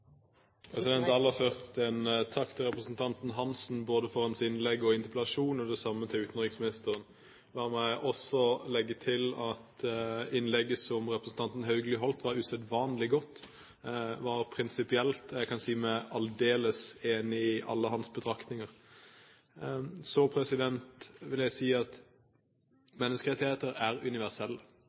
både for hans innlegg og for interpellasjonen, og det samme til utenriksministeren. La meg også legge til at innlegget som representanten Haugli holdt, var usedvanlig godt, det var prinsipielt. Jeg kan si meg aldeles enig i alle hans betraktninger. Menneskerettigheter er universelle, og vi må legge til grunn de samme holdningene når vi er